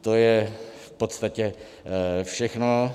To je v podstatě všechno.